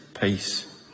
peace